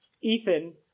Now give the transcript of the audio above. Ethan